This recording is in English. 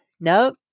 nope